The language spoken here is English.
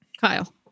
Kyle